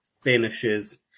finishes